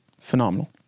Phenomenal